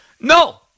No